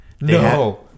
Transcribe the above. No